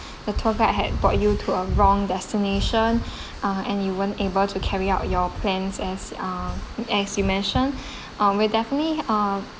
the tour guide had brought you to a wrong destination ah and you weren't able to carry out your plans as ah as you mention oh we'll definitely ah